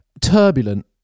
turbulent